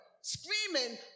screaming